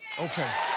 okay.